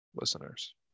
Listeners